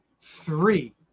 three